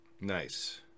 nice